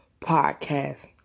podcast